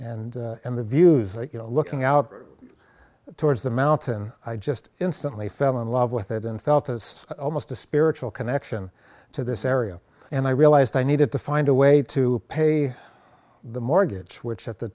and the views that you know looking out towards the mountain i just instantly fell in love with it and felt it was almost a spiritual connection to this area and i realized i needed to find a way to pay the mortgage which at the